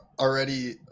already